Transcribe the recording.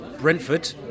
Brentford